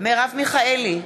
מרב מיכאלי,